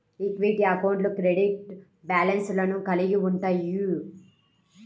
equity అకౌంట్లు credit బ్యాలెన్స్లను కలిగి ఉంటయ్యి